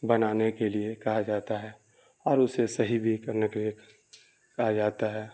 بنانے کے لیے کہا جاتا ہے اور اسے صحیح بھی کرنے کے لیے کہا جاتا ہے